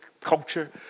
culture